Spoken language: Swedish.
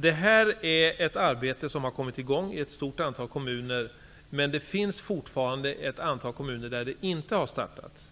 Det här är ett arbete som har kommit i gång i ett stort antal kommuner. Det finns dock fortfarande ett antal kommuner där det inte har startats.